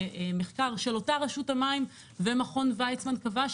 של אותה רשות המים ומכון ויצמן קבע,